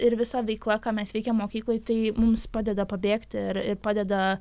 ir visa veikla ką mes veikiam mokykloj tai mums padeda pabėgti ir ir padeda